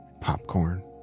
popcorn